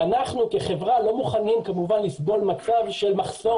אנחנו כחברה לא מוכנים כמובן לסבול מצב של מחסור